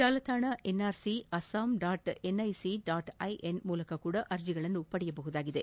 ಜಾಲತಾಣ ಎನ್ಆರ್ಸಿಅಸ್ಸಾಂ dot NIC dot IN ಮೂಲಕವೂ ಅರ್ಜಿಯನ್ನು ಪಡೆಯಬಹುದಾಗಿದೆ